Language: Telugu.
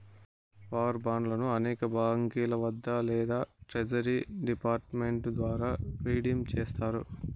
వార్ బాండ్లను అనేక బాంకీల వద్ద లేదా ట్రెజరీ డిపార్ట్ మెంట్ ద్వారా రిడీమ్ చేస్తారు